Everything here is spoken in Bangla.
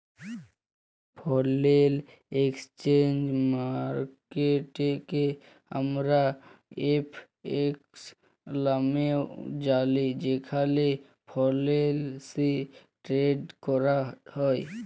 ফরেল একসচেঞ্জ মার্কেটকে আমরা এফ.এক্স লামেও জালি যেখালে ফরেলসি টেরেড ক্যরা হ্যয়